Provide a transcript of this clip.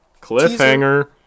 Cliffhanger